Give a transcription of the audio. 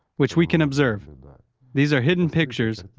which we can observe, these are hidden pictures.